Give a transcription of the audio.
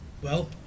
Well